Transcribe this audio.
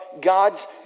God's